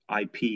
IP